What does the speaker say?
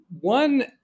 One